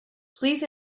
please